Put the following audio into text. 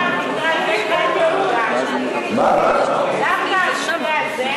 חבר הכנסת בר, דווקא המקרה הזה,